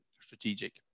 strategic